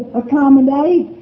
accommodate